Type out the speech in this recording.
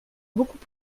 beaucoup